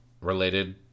related